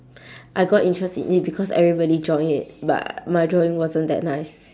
I got interest in it because everyone join it but my drawing wasn't that nice